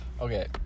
Okay